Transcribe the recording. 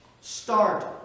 start